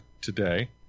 today